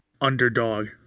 underdog